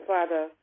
Father